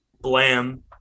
blam